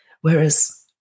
Whereas